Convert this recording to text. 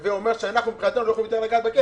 הווה אומר שאנחנו לא יכולים יותר לגעת בכסף.